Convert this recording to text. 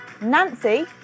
Nancy